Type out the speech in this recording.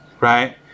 right